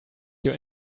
your